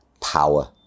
power